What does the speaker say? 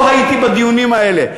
לא הייתי בדיונים האלה,